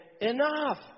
enough